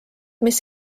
mis